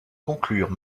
conclure